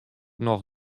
noch